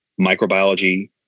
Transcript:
microbiology